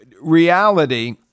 reality